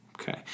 Okay